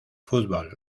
fútbol